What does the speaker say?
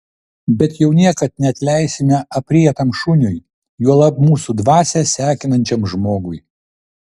bet jau niekad neatleisime aprietam šuniui juolab mūsų dvasią sekinančiam žmogui